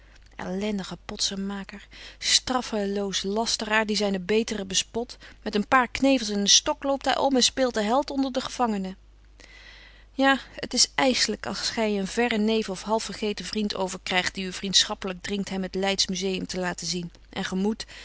ellendige potsenmaker straffeloos lasteraar die zijne beteren bespot met een paar knevels en een stok loopt hij om en speelt den held onder de gevangenen ja het is ijselijk als gij een verren neef of halfvergeten vriend overkrijgt die u vriendschappelijk dringt hem het leidsch museum te laten zien en ge